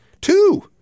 Two